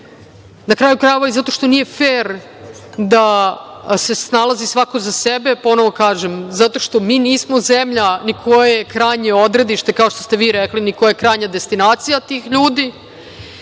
Na kraju krajeva, zato što nije fer da se snalazi svako za sebe, ponovo kažem, zato što nismo zemlja ni koja je krajnje odredište, kao što ste rekli, ni koja je krajnja destinacija tih ljudi